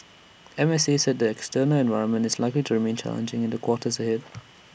M S A said the external environment is likely to remain challenging in the quarters ahead